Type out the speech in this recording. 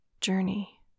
journey